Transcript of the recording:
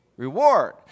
Reward